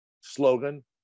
slogan